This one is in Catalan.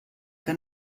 que